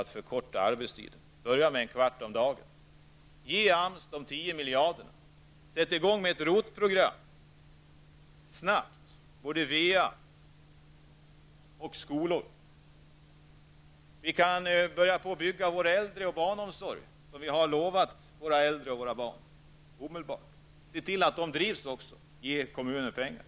Det är en åtgärd. Man kan börja med en kvart om dagen. Ge AMS 10 miljarder. Sätt i gång med ett ROT-program snabbt. Vi kan omedelbart börja bygga upp den äldre och barnomsorg som vi har lovat våra äldre och barn. Vi skall se till att den omsorgen bedrivs och ge kommunerna pengar.